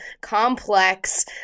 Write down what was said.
complex